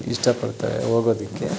ಇಷ್ಟಪಡ್ತಾರೆ ಹೋಗೋದಿಕ್ಕೆ